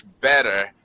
better